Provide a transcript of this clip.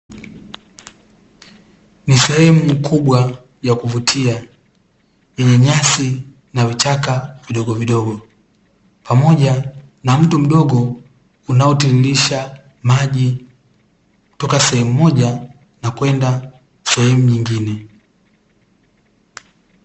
Ni sehemu kubwa ya kuvutia yenye nyasi na vichaka vidogovidogo, pamoja na mto mdogo unaotiririsha maji kutoka sehemu moja na kwenda sehemu nyingine.